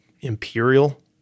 Imperial